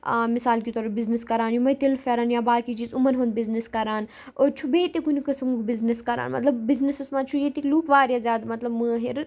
مِثال کے طور بِزنِس کَران یِمٕے تِلہٕ پھٮ۪رَن یا باقے چیٖز یِمَن ہُنٛد بِزنِس کَران أڑۍ چھُ بیٚیہِ تہِ کُنہِ قسمُک بِزنِس کَران مَطلب بِزنِسَس منٛز چھُ ییِٚکۍ لُکھ واریاہ زیادٕ مطلب مٲہِر